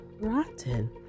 rotten